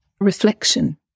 reflection